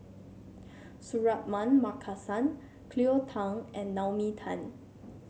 Suratman Markasan Cleo Thang and Naomi Tan